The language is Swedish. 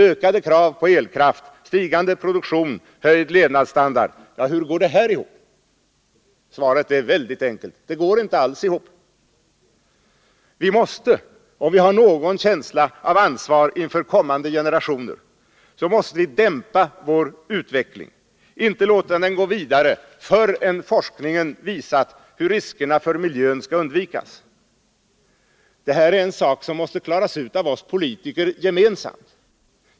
Ökade krav på elkraft, stigande produktion, höjd levnadsstandard! Hur går det ihop? Svaret är enkelt: Det går inte alls ihop. Om vi har någon känsla av ansvar inför kommande generationer, måste vi dämpa vår utveckling, inte låta den gå vidare förrän forskningen visat hur riskerna för miljön skall undvikas. Denna sak måste klaras ut av oss politiker gemensamt.